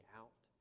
out